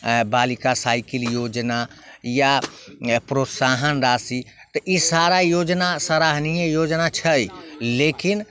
बालिका साइकिल योजना या प्रोत्साहन राशि तऽ ई सारा योजना सराहनीय योजना छै लेकिन